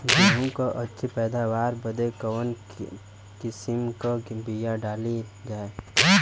गेहूँ क अच्छी पैदावार बदे कवन किसीम क बिया डाली जाये?